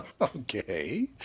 Okay